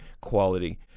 quality